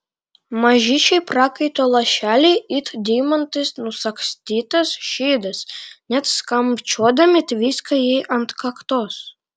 mažyčiai prakaito lašeliai it deimantais nusagstytas šydas net skambčiodami tviska jai ant kaktos